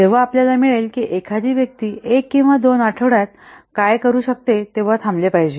जेव्हा आपल्याला मिळेल की एखादी व्यक्ती एक किंवा दोन आठवड्यांत काय करू शकते तेव्हा थांबले पाहिजे